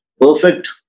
perfect